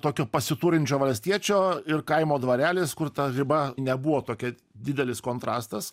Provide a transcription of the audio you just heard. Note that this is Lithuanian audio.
tokio pasiturinčio valstiečio ir kaimo dvarelis kur ta riba nebuvo tokia didelis kontrastas